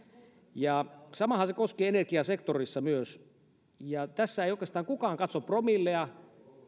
samahan se koskee energiasektoria myös tässä ei oikeastaan kukaan katso promillea